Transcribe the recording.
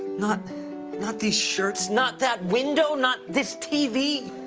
not not these shirts, not that window, not this tv.